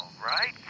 Right